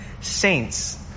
saints